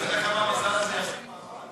אתה יודע כמה מזל זה יחזיק מעמד?